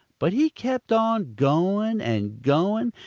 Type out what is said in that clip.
but he kept on going and going,